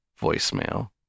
voicemail